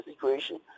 situation